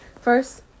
First